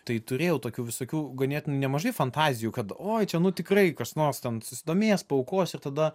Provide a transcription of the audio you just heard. tai turėjau tokių visokių ganėtinai nemažai fantazijų kad oi čia nu tikrai kas nors ten susidomės paaukos ir tada